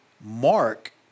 Mark